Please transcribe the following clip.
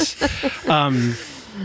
Yes